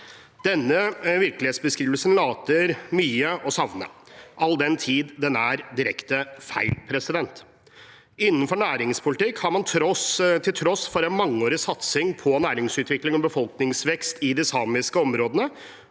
Denne virkelighetsbeskrivelsen later til å savne mye, all den tid den er direkte feil. Innenfor næringspolitikk har utviklingen, til tross for en mangeårig satsing på næringsutvikling og befolkningsvekst i de samiske områdene,